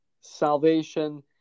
salvation